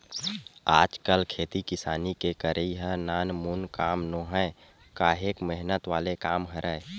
आजकल खेती किसानी के करई ह नानमुन काम नोहय काहेक मेहनत वाले काम हरय